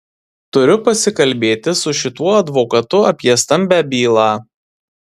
turiu pasikalbėti su šituo advokatu apie stambią bylą